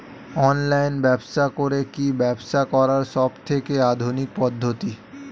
Online ব্যবসা করে কি ব্যবসা করার সবথেকে আধুনিক পদ্ধতি?